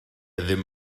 ddim